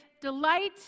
delight